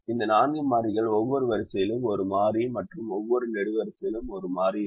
இந்த நான்கு மாறிகள் ஒவ்வொரு வரிசையிலும் ஒரு மாறி மற்றும் ஒவ்வொரு நெடுவரிசையிலும் ஒரு மாறி இருக்கும்